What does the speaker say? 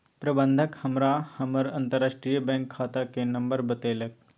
प्रबंधक हमरा हमर अंतरराष्ट्रीय बैंक खाताक नंबर बतेलक